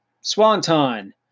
Swanton